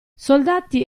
soldati